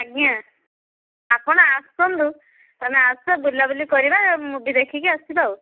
ଆଜ୍ଞା ଆପଣ ଆସନ୍ତୁ ତମେ ଆସ ବୁଲାବୁଲି କରିବା ମୁଭି ଦେଖିକି ଆସିବା ଆଉ